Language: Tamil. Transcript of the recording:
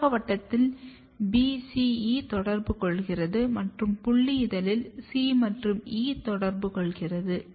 சூலகவட்டத்தில் BCE தொடர்பு கொள்கிறது மற்றும் புல்லி இதழில் C மற்றும் E தொடர்பு கொள்கிறது